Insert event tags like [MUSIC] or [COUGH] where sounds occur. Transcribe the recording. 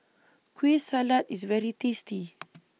Kueh Salat IS very tasty [NOISE]